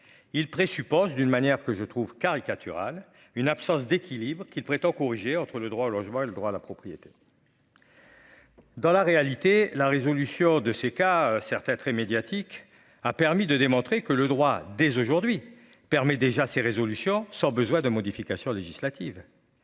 il présuppose d'une manière que je trouve caricatural. Une absence d'équilibre qui prétend corriger entre le droit au logement et le droit à la propriété. Dans la réalité, la résolution de ces cas certains très médiatique a permis de démontrer que le droit des aujourd'hui permet déjà ces résolutions sans besoin de modifications législatives.